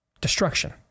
destruction